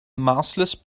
mouseless